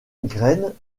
graines